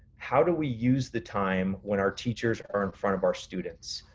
how do we use the time when our teachers are in front of our students?